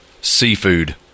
seafood